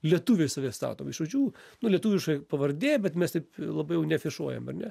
lietuviais save statom žodžiu nu lietuviška pavardė bet mes taip labai jau neafišuojam ar ne